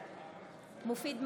בעד מופיד מרעי,